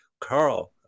Carl